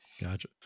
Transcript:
gotcha